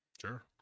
Sure